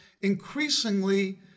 increasingly